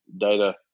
data